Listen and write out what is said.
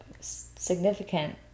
significant